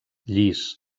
llis